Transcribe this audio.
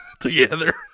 Together